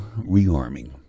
rearming